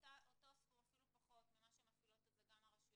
באותו סכום, אפילו פחות ממה שמפעילות הרשויות.